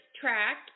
track